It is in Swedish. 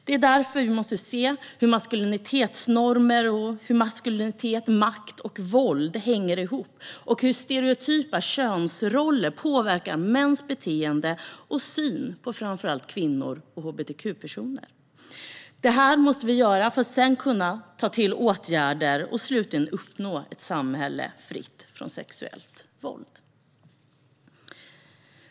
Vi måste därför se hur maskulinitetsnormer, maskulinitet, makt och våld hänger ihop och hur stereotypa könsroller påverkar mäns beteende och syn på framför allt kvinnor och hbtq-personer. Detta måste vi göra för att sedan kunna vidta åtgärder och slutligen uppnå ett samhälle fritt från sexuellt våld.